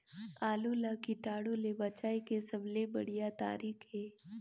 आलू ला कीटाणु ले बचाय के सबले बढ़िया तारीक हे?